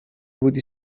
بودی